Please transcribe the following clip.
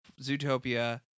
Zootopia